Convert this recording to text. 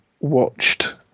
watched